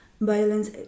violence